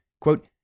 quote